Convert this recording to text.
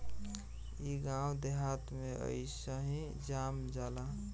इ गांव देहात में अइसही जाम जाला